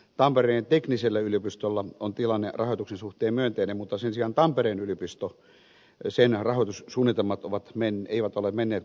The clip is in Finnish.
tampereen teknillisellä yliopistolla on tilanne rahoituksen suhteen myönteinen mutta sen sijaan tampereen yliopiston rahoitussuunnitelmat eivät ole menneet kuten on toivottu